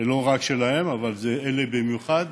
לא רק שלהם, אבל אלה במיוחד,